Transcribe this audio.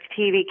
TV